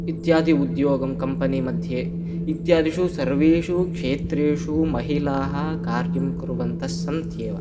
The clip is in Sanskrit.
इत्यादि उद्योगं कम्नी मध्ये इत्यादिषु सर्वेषु क्षेत्रेषु महिलाः कार्यं कुर्वन्तः सन्त्येव